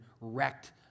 wrecked